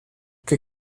che